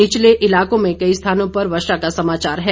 निचले इलाकों में कई स्थानों पर वर्षा का समाचार है